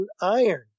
iron